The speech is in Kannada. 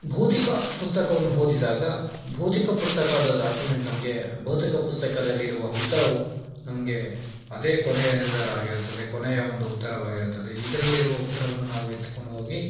ಭೌತಿಕ ಪುಸ್ತಕವನ್ನು ಓದಿದಾಗ ಭೌತಿಕ ಪುಸ್ತಕದ ಡಾಕ್ಯುಮೆಂಟ್ ನಮಗೆ ಭೌತಿಕ ಪುಸ್ತಕದಲ್ಲಿರುವ ಉತ್ತರವು ನಮಗೆ ಅದೇ ಕೊನೆಯ ನಿರ್ಧಾರ ಆಗಿರುತ್ತದೆ ಕೊನೆಯ ಒಂದು ಉತ್ತರವಾಗಿರುತ್ತದೆ ಇದರಲ್ಲಿರುವ ಉತ್ತರವನ್ನು ನಾವು ಎತ್ತಿಕೊಂಡು ಹೋಗಿ